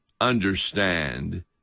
understand